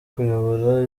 kuyobora